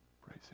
Praise